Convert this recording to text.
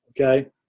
okay